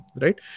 right